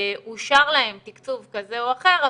אושר להם תקצוב כזה או אחר,